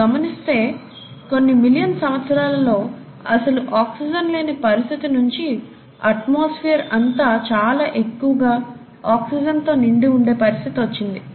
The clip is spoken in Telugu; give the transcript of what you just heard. మీరు గమనిస్తే కొన్ని మిలియన్ సంవత్సరాలలో అసలు ఆక్సిజన్ లేని పరిస్థితి నించి అట్మాస్ఫియర్ అంతా చాలా ఎక్కువగా ఆక్సిజన్ తో నిండి ఉండే పరిస్థితి వచ్చింది